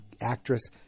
actress